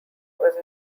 was